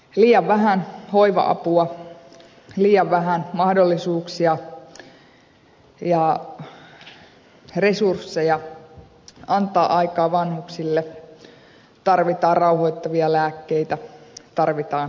liian vähän hoiva apua liian vähän mahdollisuuksia ja resursseja antaa aikaa vanhuksille tarvitaan rauhoittavia lääkkeitä tarvitaan unilääkkeitä